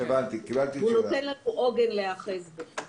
הוא נותן לנו עוגן להיאחז בו.